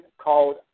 called